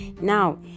Now